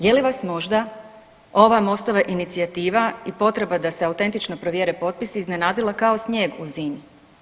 Je li vas možda ova Mostova inicijativa i potreba da se autentično provjere potpisi iznenadila kao snijeg u zimi?